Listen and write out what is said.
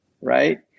right